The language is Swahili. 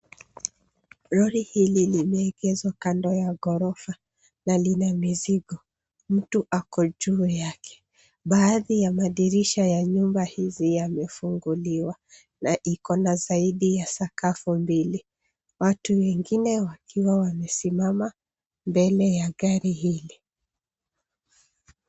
Lori hili limeegezwa kando ya ghorofa na lina mizigo. Mtu ako juu yake. Baadhi ya madirisha ya nyumba hizi yamefunguliwa, na iko na zaidi ya sakafu mbili. Watu wengine wakiwa wamesimama mbele ya gari hili.